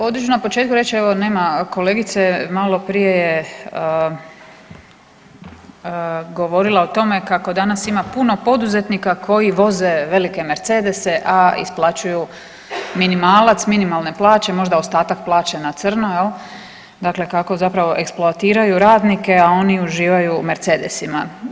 Ovdje ću na početku reći evo nema kolegice, malo prije je govorila o tome kako danas ima puno poduzetnika koji voze velike Mercedese, a isplaćuju minimalac, minimalne plaće možda ostatak plaće na crno jel, dakle kako zapravo eksploatiraju radnike, a oni uživaju u Mercedesima.